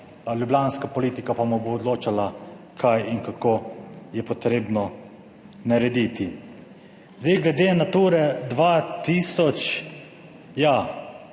ljubljanska politika pa mu bo odločala kaj in kako je potrebno narediti. Zdaj, glede Nature 2000. Ja,